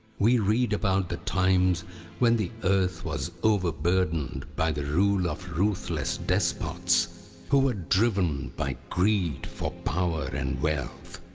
we read about the times when the earth was overburdened by the rule of ruthless despots who were driven by greed for power and wealth.